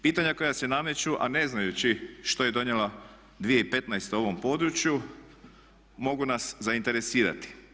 Pitanja koja se nameću a ne znajući što je donijela 2015.u ovom području mogu nas zainteresirati.